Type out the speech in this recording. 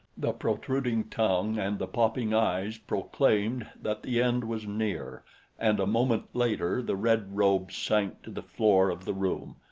the protruding tongue and the popping eyes proclaimed that the end was near and a moment later the red robe sank to the floor of the room,